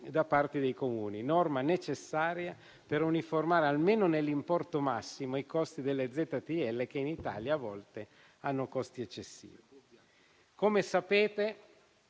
da parte dei Comuni: norma necessaria per uniformare, almeno nell'importo massimo, i costi delle ZTL, che in Italia a volte sono eccessivi. Come sapete